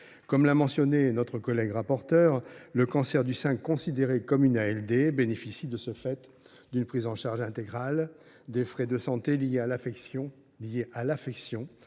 Comme l’a souligné notre collègue rapporteure, le cancer du sein, considéré comme une ALD, bénéficie de ce fait d’une prise en charge intégrale des frais de santé liés à l’affection